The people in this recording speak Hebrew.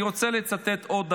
אני רוצה לצטט עוד דבר,